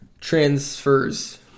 transfers